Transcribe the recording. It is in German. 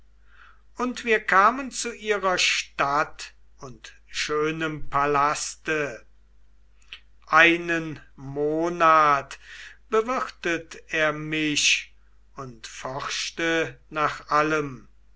und wir kamen zu ihrer stadt und schönem palaste einen monat bewirtet er mich und forschte nach allem